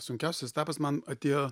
sunkiausias etapas man atėjo